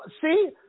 See